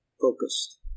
Focused